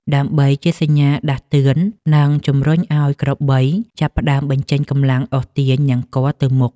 ដើម្បីជាសញ្ញាដាស់តឿន និងជំរុញឱ្យក្របីចាប់ផ្តើមបញ្ចេញកម្លាំងអូសទាញនង្គ័លទៅមុខ។